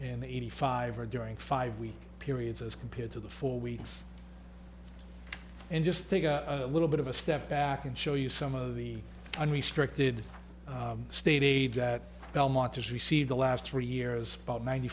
and eighty five are during five week periods as compared to the four weeks and just take a little bit of a step back and show you some of the unrestricted state aid that belmont's received the last three years about ninety